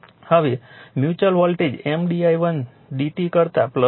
હવે mutual voltage M di1 dt કરતાં છે